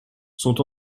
sont